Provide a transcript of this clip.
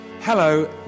Hello